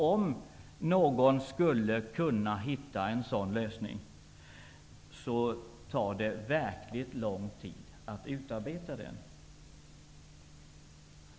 Om någon skulle kunna hitta en sådan lösning kommer det att ta mycket lång tid att utarbeta den.